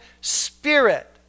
spirit